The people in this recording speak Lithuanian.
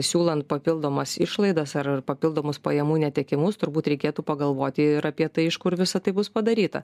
siūlant papildomas išlaidas ar papildomus pajamų netekimus turbūt reikėtų pagalvoti ir apie tai iš kur visa tai bus padaryta